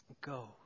Go